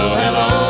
hello